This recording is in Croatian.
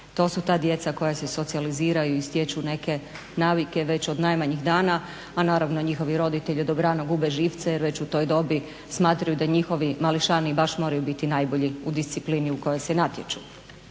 To su ta djeca koja se socijaliziraju i stječu neke navike već od najmanjih dana, a naravno njihovi roditelji dobrano gube živce jer već u toj dobi smatraju da njihovi mališani baš moraju biti najbolji u disciplini u kojoj se natječu.